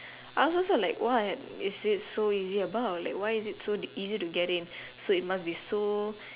I was also like what is it so easy about why is it so easy to get in so it must be so